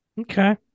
Okay